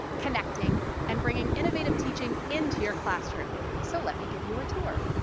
connecting, and bringing innovative teaching into your classroom. so let me give you a tour.